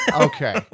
Okay